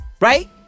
right